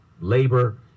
labor